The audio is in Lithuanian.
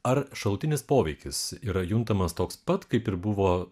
ar šalutinis poveikis yra juntamas toks pat kaip ir buvo